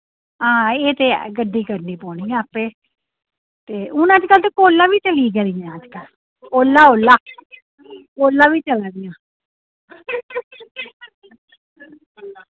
हां एह् ते ऐ गड्डी करनी पौनी आपूं ते हून अजकल ते कोला बी चली चलियां अजकल ओला ओला ओला बी चली दियां